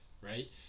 right